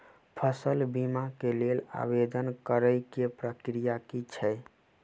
फसल बीमा केँ लेल आवेदन करै केँ प्रक्रिया की छै?